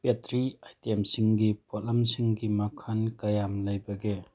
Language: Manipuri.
ꯄꯦꯇꯔꯤ ꯑꯥꯏꯇꯦꯝꯁꯤꯡꯒꯤ ꯄꯣꯠꯂꯝꯁꯤꯡꯒꯤ ꯃꯈꯟ ꯀꯌꯥꯝ ꯂꯩꯕꯒꯦ